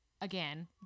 again